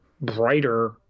brighter